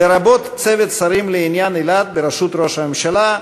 לרבות צוות שרים לעניין אילת בראשות ראש הממשלה,